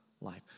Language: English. life